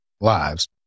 lives